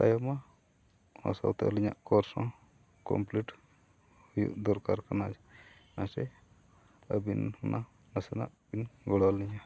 ᱛᱟᱭᱚᱢᱟ ᱥᱟᱶᱛᱮ ᱟᱹᱞᱤᱧᱟᱜ ᱠᱳᱨᱥ ᱦᱚᱸ ᱠᱚᱢᱯᱞᱤᱴ ᱦᱩᱭᱩᱜ ᱫᱚᱨᱠᱟᱨ ᱠᱟᱱᱟ ᱥᱮ ᱟᱹᱵᱤᱱ ᱚᱱᱟ ᱱᱟᱥᱮᱱᱟᱜ ᱵᱤᱱ ᱜᱚᱲᱚ ᱟᱹᱞᱤᱧᱟ